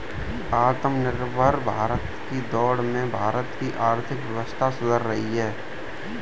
आत्मनिर्भर भारत की दौड़ में भारत की आर्थिक व्यवस्था सुधर रही है